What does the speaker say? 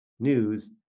news